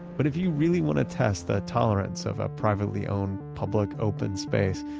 but if you really want to test the tolerance of a privately owned public open space,